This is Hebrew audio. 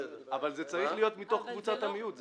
אבל זה צריך להיות מתוך קבוצת המיעוט,